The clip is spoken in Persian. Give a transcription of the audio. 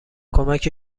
کمک